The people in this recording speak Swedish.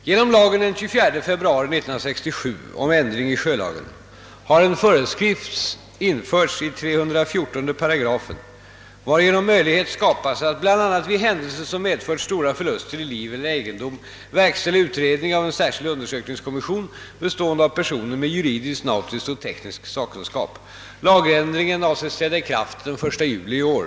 Genom lagen den 24 februari 1967 om ändring i sjölagen har föreskrift införts i 314 8, varigenom möjlighet skapats att vid bl.a. händelser som medfört stora förluster i liv eller egendom verkställa utredning av en särskild undersökningskommission, bestående av personer med juridisk, nautisk och teknisk sakkunskap. Lagändringen avses träda i kraft den 1 juli i år.